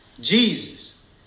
Jesus